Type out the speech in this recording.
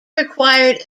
required